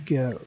go